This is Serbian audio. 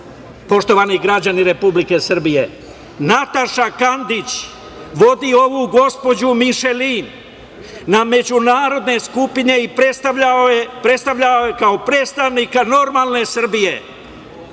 Jeremiću. Poštovani građani Republike Srbije, Nataša Kandić vodi ovu gospođu Mišelin na međunarodne skupine i predstavlja je kao predstavnika normalne Srbije.